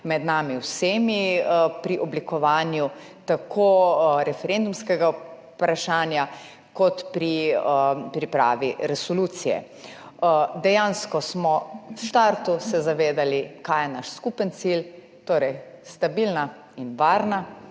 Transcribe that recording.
med nami vsemi pri oblikovanju tako referendumskega vprašanja kot pri pripravi resolucije. Dejansko smo v startu se zavedali, kaj je naš skupni cilj, torej stabilna in varna